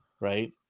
right